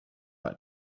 back